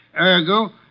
Ergo